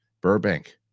Burbank